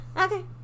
Okay